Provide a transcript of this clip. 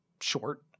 short